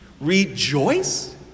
Rejoice